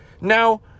now